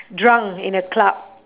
drunk in a club